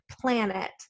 planet